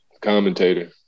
commentator